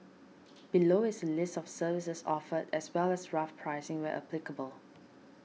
below is a list of services offered as well as rough pricing where applicable